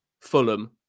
Fulham